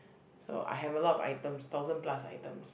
so I have a lot of items thousand plus items